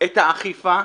את האכיפה.